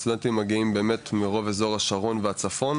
הסטודנטים ברובם מגיעים באמת מרוב אזור השרון והצפון.